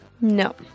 No